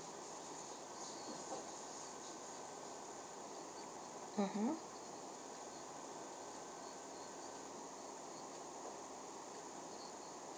mmhmm